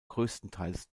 größtenteils